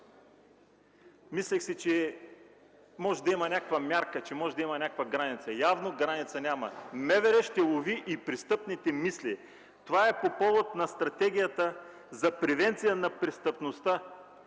Мислех си, че може да има някаква мярка, може да има някаква граница. Явно граница няма! „МВР ще лови и престъпните мисли” – това е по повод на превенцията на престъпността,